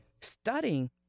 studying